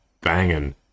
banging